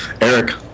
Eric